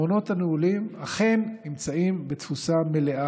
המעונות הנעולים אכן נמצאים בתפוסה מלאה.